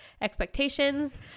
expectations